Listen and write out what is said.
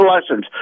lessons